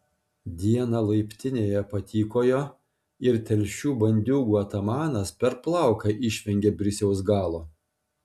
dieną laiptinėje patykojo ir telšių bandiūgų atamanas per plauką išvengė brisiaus galo